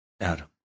Adam